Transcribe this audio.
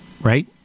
Right